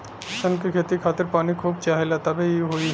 सन के खेती खातिर पानी खूब चाहेला तबे इ होई